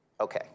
Okay